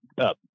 up